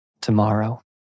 Tomorrow